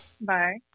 Bye